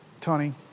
Tony